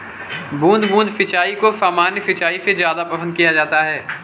बूंद बूंद सिंचाई को सामान्य सिंचाई से ज़्यादा पसंद किया जाता है